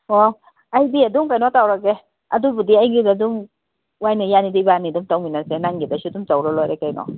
ꯑꯣ ꯑꯗꯨꯗꯤ ꯑꯗꯨꯝ ꯀꯩꯅꯣ ꯇꯧꯔꯒꯦ ꯑꯗꯨꯕꯨꯗꯤ ꯑꯩꯒꯤꯗ ꯑꯗꯨꯝ ꯋꯥꯏꯅ ꯌꯥꯔꯦꯗ ꯏꯕꯥꯅꯤ ꯑꯗꯨꯝ ꯇꯧꯃꯤꯟꯅꯁꯦ ꯅꯪꯒꯤꯗꯁꯨ ꯑꯗꯨꯝ ꯇꯧꯔ ꯂꯣꯏꯔꯦ ꯀꯩꯅꯣ